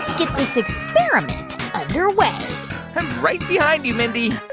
get this experiment under way i'm right behind you, mindy